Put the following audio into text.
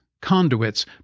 conduits